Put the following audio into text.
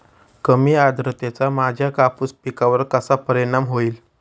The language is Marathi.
कमी आर्द्रतेचा माझ्या कापूस पिकावर कसा परिणाम होईल?